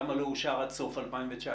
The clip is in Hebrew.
למה לא אושר עד סוף 2019?